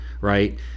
right